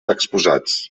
exposats